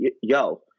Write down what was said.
yo